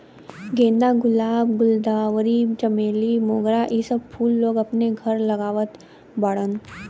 गेंदा, गुलाब, गुलदावरी, चमेली, मोगरा इ सब फूल लोग अपने घरे लगावत बाड़न